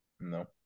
No